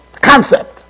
concept